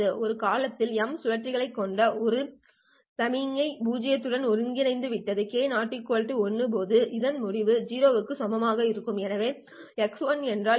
ஒரு காலத்திற்குள் m சுழற்சிகளைக் கொண்ட ஒரு சைனூசாய்டல் சமிக்ஞை பூஜ்ஜியத்துடன் ஒன்றிணைந்துவிடும் k ≠ l போது இந்த முடிவு 0 க்கு சமமாக இருக்கும் எனவே x என்றால் என்ன